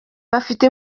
bafite